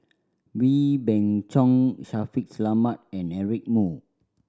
Wee Beng Chong Shaffiq Selamat and Eric Moo